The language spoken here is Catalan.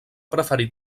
preferir